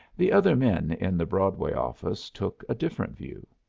the other men in the broadway office took a different view.